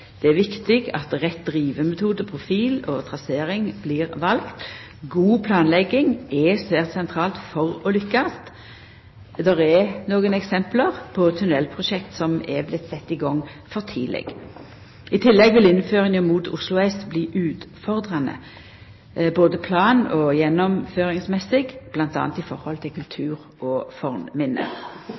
det er viktig at ein vel riktig drivemetode, profil og trasering. God planlegging er svært sentralt for å lukkast. Det er nok av eksempel på tunellprosjekt som er blitt sette i gang for tidleg. I tillegg vil innføringa mot Oslo S bli utfordrande både plan- og gjennomføringsmessig, bl.a. i høve til kultur- og fornminne.